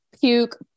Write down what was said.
puke